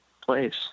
place